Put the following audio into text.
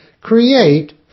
create